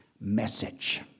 message